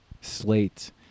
slate